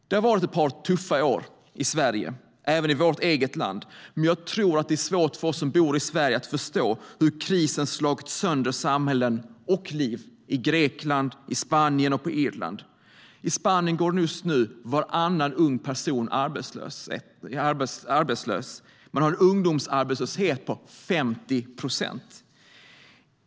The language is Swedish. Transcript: Det har varit ett par tuffa år även i Sverige. Men jag tror att det är svårt för oss som bor i Sverige att förstå hur krisen slagit sönder samhällen och liv i Grekland, Spanien och Irland. I Spanien går just nu varannan ung person arbetslös. Man har en ungdomsarbetslöshet på 50 procent.